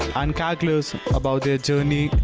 and kagglers about their journey,